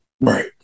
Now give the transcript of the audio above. Right